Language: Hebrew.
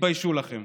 תתביישו לכם.